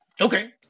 Okay